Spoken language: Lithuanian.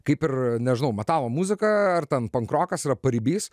kaip ir nežinau metalo muzika ar ten pankrokas yra paribys